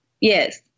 Yes